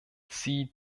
sie